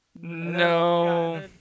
No